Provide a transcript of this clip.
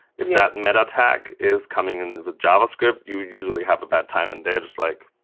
if that meta tag is coming in with javascript, you usually have a bad time, and they're just like,